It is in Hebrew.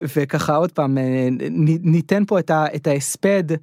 וככה עוד פעם ניתן פה את ההספד.